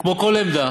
כמו כל עמדה